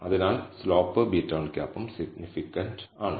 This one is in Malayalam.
അതിനാൽ സ്ലോപ്പ് β̂1 ഉം സിഗ്നിഫിക്കന്റ് ആണ്